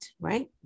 right